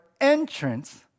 entrance